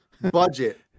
budget